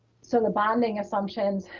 so the bonding assumptions,